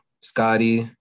Scotty